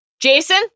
Jason